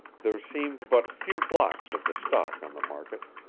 there seemed but few blocks of the stock on the market.